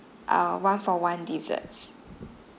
uh one for one desserts